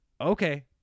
okay